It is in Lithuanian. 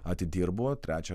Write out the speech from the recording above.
atidirbu trečią